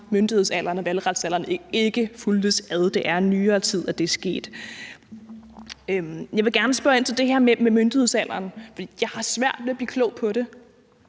historisk set ikke fulgtes ad. Det er i nyere tid, at det er sket. Jeg vil gerne spørge ind til det her med myndighedsalderen, for jeg har svært ved at blive klog på det.